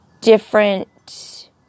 different